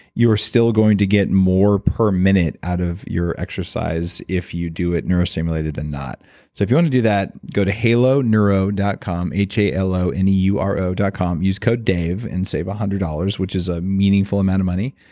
you are still going to get more per minute out of your exercise if you do it neurostimulated than not so if you want to do that, go to haloneuro dot com. h a l o n e u r o dot com. use code dave and save one hundred dollars, which is a meaningful amount of money.